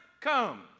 Come